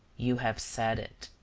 you have said it.